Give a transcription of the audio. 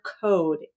code